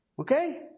okay